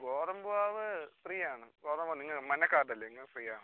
ഗോതമ്പ് മാവ് ഫ്രീയാണ് ഗോതമ്പ് നിങ്ങള് മഞ്ഞ കാർഡല്ലെ നിങ്ങൾക്ക് ഫ്രീയാണ്